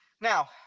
now